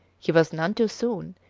he was none too soon,